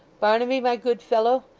barnaby, my good fellow,